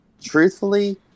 truthfully